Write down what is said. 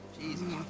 jesus